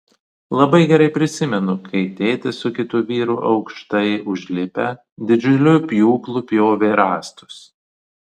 labai gerai prisimenu kai tėtis su kitu vyru aukštai užlipę didžiuliu pjūklu pjovė rąstus